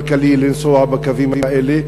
כלכלי לנסוע בקווים האלה,